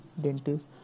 dentist